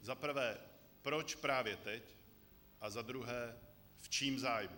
Za prvé, proč právě teď, a za druhé, v čím zájmu.